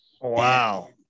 Wow